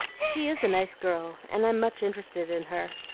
she is a nice girl, and i'm much interested in her.